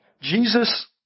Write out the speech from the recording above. Jesus